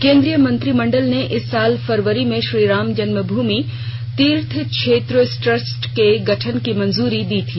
केन्द्रीय मंत्रिमंडल ने इसी साल फरवरी में श्री रामजन्मभूमि तीर्थ क्षेत्र ट्रस्ट के गठन की मंजूरी दी थी